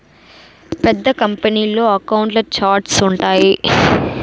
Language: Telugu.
పెద్ద కంపెనీల్లో అకౌంట్ల ఛార్ట్స్ ఉంటాయి